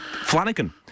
Flanagan